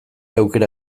aukera